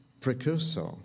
precursor